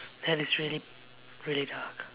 that is really really dark